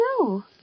No